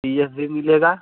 P F भी मिलेगा